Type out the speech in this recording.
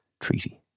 treaty